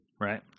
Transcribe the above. Right